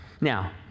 Now